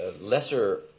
lesser